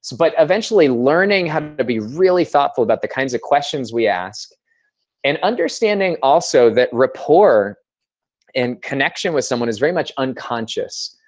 but eventually, learning how to be really thoughtful about the kinds of questions we ask and understanding also that rapport in connection with someone is very much unconscious.